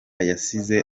yasize